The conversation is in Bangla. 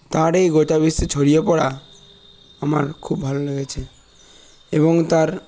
তার এই গোটা বিশ্বে ছড়িয়ে পড়া আমার খুব ভালো লেগেছে এবং তার